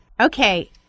Okay